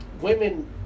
women